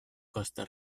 costa